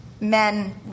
Men